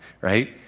right